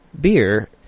beer